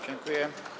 Dziękuję.